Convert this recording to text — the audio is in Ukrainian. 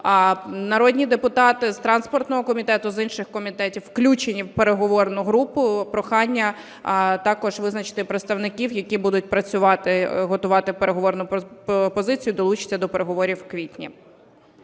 Народні депутати з транспортного комітету, з інших комітетів включені в переговорну групу. Прохання також визначити представників, які будуть працювати, готувати переговорну позицію і долучаться до переговорів в квітні.